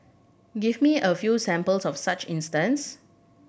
give me a few examples of such instance